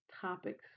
topics